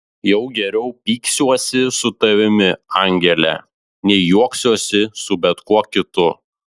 jau geriau pyksiuosi su tavimi angele nei juoksiuosi su bet kuo kitu